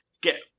get